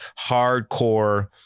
hardcore